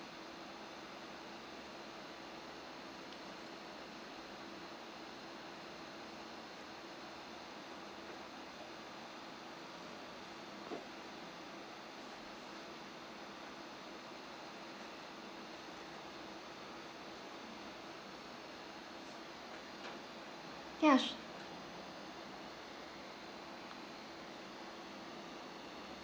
ya s~